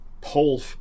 pole